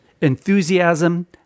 enthusiasm